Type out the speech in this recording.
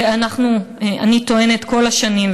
ואני טוענת כל השנים,